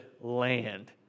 land